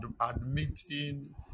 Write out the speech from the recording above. admitting